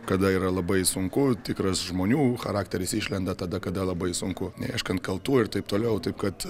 kada yra labai sunku tikras žmonių charakteris išlenda tada kada labai sunku neieškant kaltų ir taip toliau taip kad